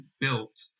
built